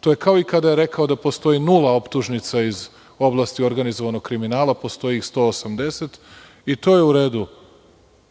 To je kao i kada je rekao da postoji nula optužnica iz oblasti organizovanog kriminala. Postoji ih 180. I to je u redu